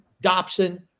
Dobson